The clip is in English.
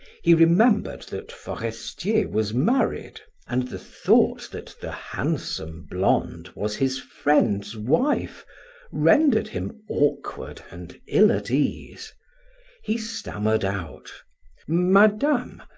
he remembered that forestier was married, and the thought that the handsome blonde was his friend's wife rendered him awkward and ill-at-ease. he stammered out madame,